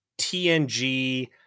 TNG